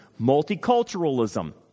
multiculturalism